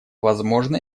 возможно